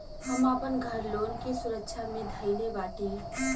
हम आपन घर लोन के सुरक्षा मे धईले बाटी